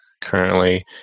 currently